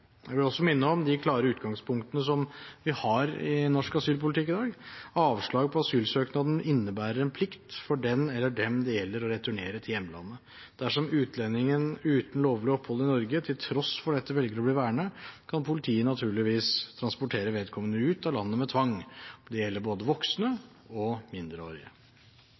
Jeg vil også minne om de klare utgangspunktene som vi har i norsk asylpolitikk i dag. Avslag på asylsøknaden innebærer en plikt for den eller dem det gjelder å returnere til hjemlandet. Dersom utlendingen uten lovlig opphold i Norge til tross for dette velger å bli værende, kan politiet naturligvis transportere vedkommende ut av landet med tvang. Det gjelder både voksne og mindreårige.